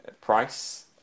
price